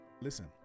listen